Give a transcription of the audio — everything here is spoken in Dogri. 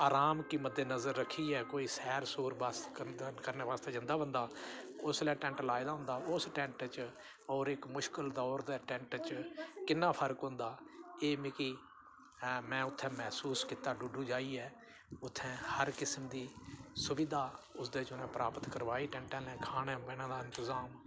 आराम गी मदनजर रक्खियै कोई सैर सूर बसांऽ करने बास्तै जंदा बंदा उसलै टैंट लाए दा होंदा उस टैंट च होर इक मुश्कल दौर दे टैंट च किन्ना फर्क होंदा एह् मिगी में उत्थें मैसूस कीता उत्थें डुड्डू जाइयै उत्थें हर किसम दी सुविधा उसदे च प्राप्त करवाई टैंटै आह्लें खाने पीने दा इंतज़ाम